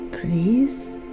please